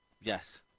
Yes